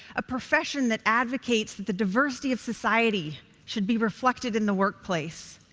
a profession that advocates that the diversity of society should be reflected in the workplace,